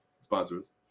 sponsors